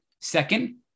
Second